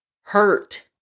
hurt